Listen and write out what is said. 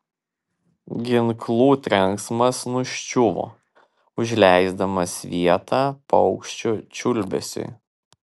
ginklų trenksmas nuščiuvo užleisdamas vietą paukščių čiulbesiui